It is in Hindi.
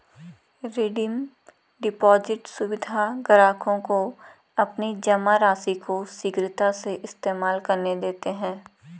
रिडीम डिपॉज़िट सुविधा ग्राहकों को अपनी जमा राशि को शीघ्रता से इस्तेमाल करने देते है